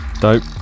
dope